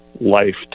life